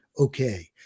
okay